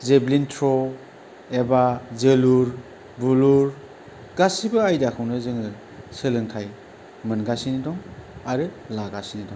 javelin throw एबा जोलुर बुलुर गासैबो आयदाखौनो जोङो सोलोंथाय मोनगासिनो दं आरो लागासिनो दं